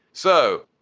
so,